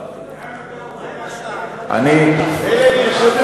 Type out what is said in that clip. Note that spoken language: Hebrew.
לאן אתה רוצה